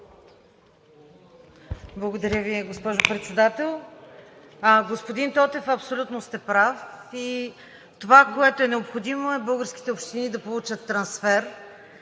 Благодаря Ви, госпожо Председател. Господин Тотев, абсолютно сте прав. Това, което е необходимо, е българските общини да получат трансфер.